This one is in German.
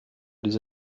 diese